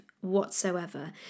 whatsoever